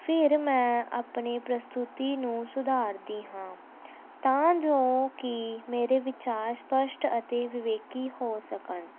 ਫਿਰ ਮੈਂ ਆਪਣੀ ਪ੍ਰਸਤੂਤੀ ਨੂੰ ਸੁਧਾਰਦੀ ਹਾਂ ਤਾਂ ਜੋ ਕਿ ਮੇਰੇ ਵਿਚਾਰ ਸਪੱਸ਼ਟ ਅਤੇ ਵਿਵੇਕੀ ਹੋ ਸਕਣ